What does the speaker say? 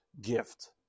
gift